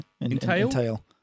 Entail